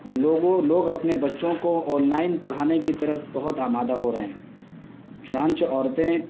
لوگو لوگ اپنے بچوں کو آن لائن پڑھانے کی طرف بہت آمادہ ہو رہے ہیں چنانچہ عورتیں